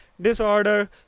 disorder